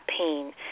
pain